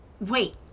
Wait